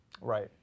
Right